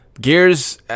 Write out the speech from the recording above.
gears